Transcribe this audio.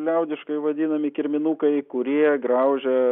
liaudiškai vadinami kirminukai kurie graužia